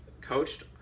coached